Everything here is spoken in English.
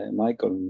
Michael